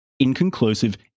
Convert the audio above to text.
Inconclusive